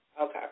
Okay